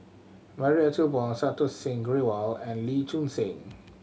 Marie Ethel Bong Santokh Singh Grewal and Lee Choon Seng